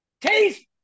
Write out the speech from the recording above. taste